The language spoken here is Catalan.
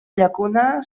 llacuna